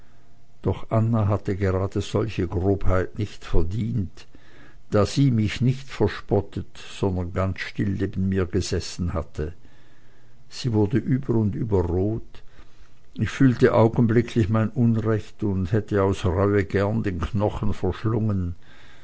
doch anna hatte gerade solche grobheit nicht verdient da sie mich nicht verspottet und ganz still neben mir gesessen hatte sie wurde über und über rot ich fühlte augenblicklich mein unrecht und hätte aus reue gern den knochen verschlungen